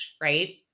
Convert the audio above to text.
right